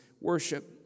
worship